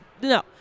No